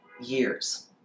years